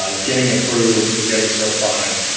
um getting approved, getting certified.